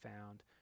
found